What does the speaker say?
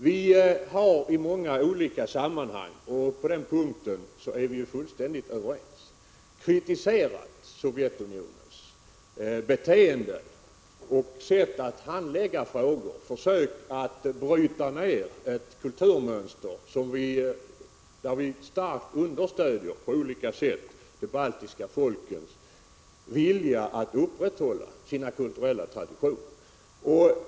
Vi har i många olika sammanhang kritiserat Sovjetunionens beteende, sätt att handlägga frågor, försök att bryta ned ett kulturmönster. På den punkten är vi ju helt överens. Vi understöder starkt på olika sätt de baltiska folkens vilja att upprätthålla sina kulturella traditioner.